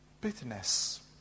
Bitterness